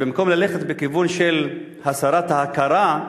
אז במקום ללכת בכיוון של הסרת ההכרה,